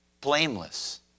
Blameless